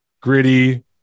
gritty